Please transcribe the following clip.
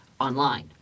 online